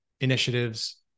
initiatives